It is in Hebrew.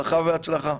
ברכה והצלחה.